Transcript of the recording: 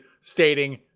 stating